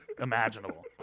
imaginable